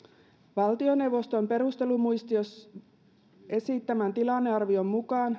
valtioneuvoston perustelumuistiossa esittämän tilannearvion mukaan